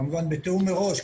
כמובן, בתיאום מראש.